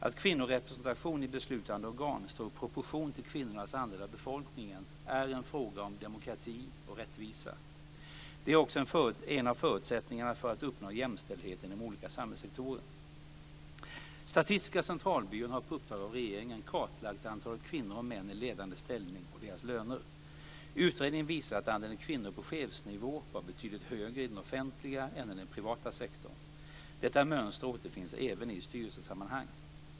Att kvinnorepresentation i beslutande organ står i proportion till kvinnornas andel av befolkningen är en fråga om demokrati och rättvisa. Det är också en av förutsättningarna för att uppnå jämställdhet inom olika samhällssektorer. Statistiska centralbyrån har på uppdrag av regeringen kartlagt antalet kvinnor och män i ledande ställning och deras löner. Utredningen visade att andelen kvinnor på chefsnivå var betydligt högre i den offentliga än i den privata sektorn. Detta mönster återfinns även i styrelsesammanhang.